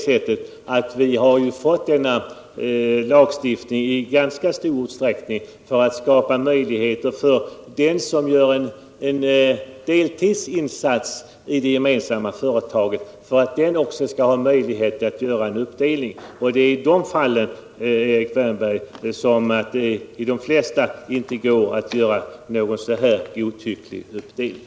Vidare har denna lagstiftning tillkommit för att den som gör en dehidsinsats i det gemensamma företaget också skall ha möjlighet att beskattas för sin arbetsinkomst. I de fallen, Erik Wärnberg, går det inte att göra en sådan godtycklig uppdelning.